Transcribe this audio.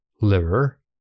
liver